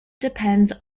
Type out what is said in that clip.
depends